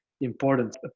important